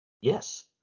Yes